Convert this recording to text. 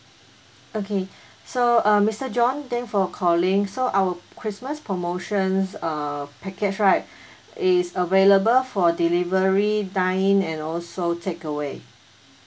okay so uh mister john thank for calling so our christmas promotions uh package right it is available for delivery dine in and also takeaway